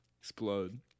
Explode